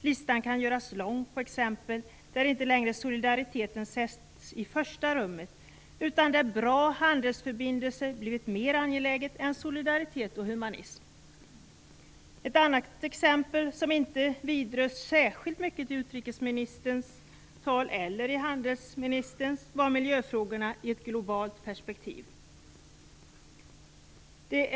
Listan kan göras lång på exempel där inte längre solidariteten sätts i första rummet, utan där bra handelsförbindelser blivit mer angeläget än solidaritet och humanism. Ett annat exempel som inte vidrördes särskilt mycket i utrikesministerns eller i handelsministerns tal var miljöfrågorna i ett globalt perspektiv.